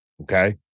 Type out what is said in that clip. Okay